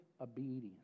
obedience